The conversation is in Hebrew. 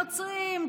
נוצרים,